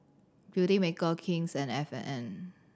Beautymaker King's and F and N